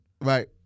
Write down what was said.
Right